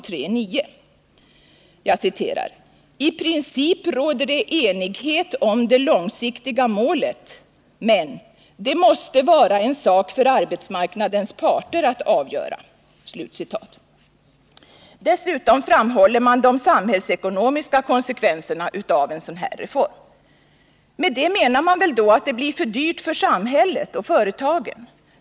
Utskottet säger att det i princip råder enighet om det långsiktiga målet men ”att det måste vara en sak för arbetsmarknadens parter att avgöra -—--”. Dessutom framhåller man de samhällsekonomiska konsekvenserna av en sådan här reform. Med det menar man väl att det blir för dyrt för samhället och företagen.